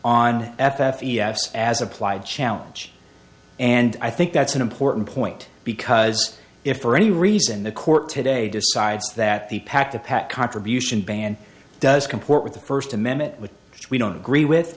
on f e s as applied challenge and i think that's an important point because if for any reason the court today decides that the pack the pack contribution ban does comport with the first amendment which we don't agree with